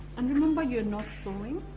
and remember you're not sewing.